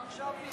אבל למה עכשיו?